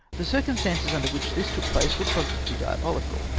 the circumstances under which this took place were positively diabohcal.